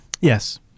Yes